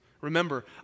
Remember